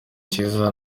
cyiza